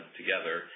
together